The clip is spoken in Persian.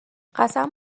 قسم